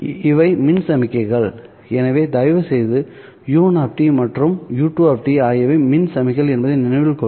இவை மின் சமிக்ஞைகள் எனவே தயவுசெய்து u1 மற்றும் u2 ஆகியவை மின் சமிக்ஞைகள் என்பதை நினைவில் கொள்க